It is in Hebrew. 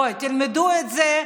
בואו, תלמדו את זה.